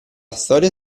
storia